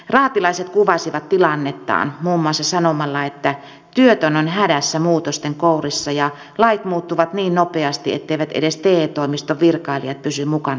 raatilaiset kuvasivat tilannettaan muun muassa sanomalla että työtön on hädässä muutosten kourissa ja lait muuttuvat niin nopeasti etteivät edes te toimiston virkailijat pysy mukana muutoksessa